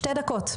שתי דקות,